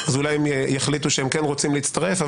אולי הם יחליטו שהם כן רוצים להצטרף.